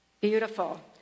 Beautiful